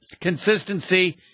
consistency